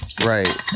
Right